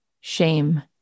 shame